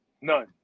None